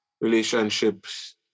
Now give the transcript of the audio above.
relationships